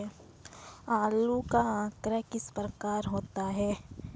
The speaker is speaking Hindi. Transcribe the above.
आलू का आकार किस प्रकार का होता है?